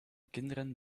kinderen